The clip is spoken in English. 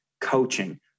coaching